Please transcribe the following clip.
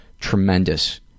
tremendous